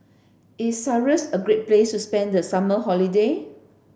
is Cyprus a great place to spend the summer holiday